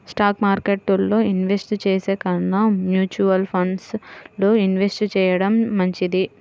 stock మార్కెట్టులో invest చేసే కన్నా మ్యూచువల్ ఫండ్స్ లో ఇన్వెస్ట్ చెయ్యడం మంచిది